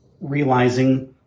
realizing